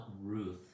Ruth